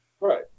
Right